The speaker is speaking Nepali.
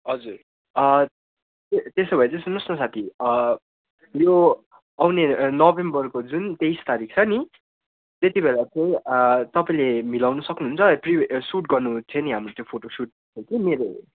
हजुर हवस् ए त्यसो भए चाहिँ सुन्नु होस् न साथी यो आउने नोभेम्बरको जुन तेइस तारिक छ नि त्यति बेला चाहिँ तपाईँले मिलाउनु सक्नु हुन्छ प्री वे सुट गर्नु थियो नि हाम्रो त्यो फोटो सुट थियो कि मेरो